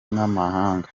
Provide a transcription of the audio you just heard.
n’amahanga